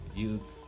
youth